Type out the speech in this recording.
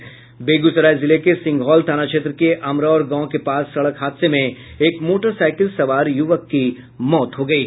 बेगूसराय जिले के सिंघौल थाना क्षेत्र के अमरौर गांव के पास सड़क हादसे में एक मोटरसाइकिल सवार युवक की मौत हो गयी